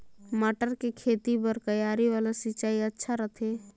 मटर के खेती बर क्यारी वाला सिंचाई अच्छा रथे?